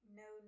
no